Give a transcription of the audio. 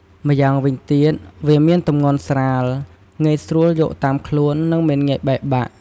ម្យ៉ាងវិញទៀត វាមានទម្ងន់ស្រាល ងាយស្រួលយកតាមខ្លួន និងមិនងាយបែកបាក់។